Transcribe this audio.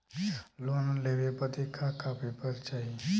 Loan लेवे बदे का का पेपर चाही?